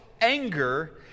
anger